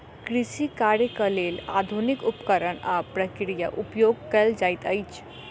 कृषि कार्यक लेल आधुनिक उपकरण आ प्रक्रिया उपयोग कयल जाइत अछि